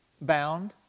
bound